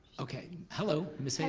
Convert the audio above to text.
okay. hello, ms.